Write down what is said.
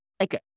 Okay